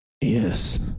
Yes